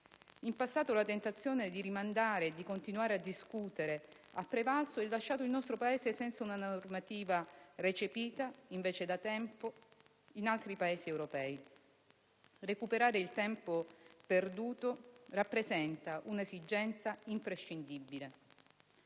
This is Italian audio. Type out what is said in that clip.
In passato, la tentazione di rimandare e di continuare a discutere ha prevalso e ha lasciato il nostro Paese senza una normativa, recepita invece - e da tempo - in altri Paesi europei. Recuperare il tempo perduto rappresenta un'esigenza imprescindibile.